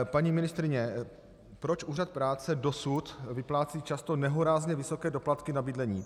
Paní ministryně, proč úřad práce dosud vyplácí často nehorázně vysoké doplatky na bydlení?